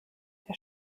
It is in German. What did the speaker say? herr